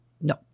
No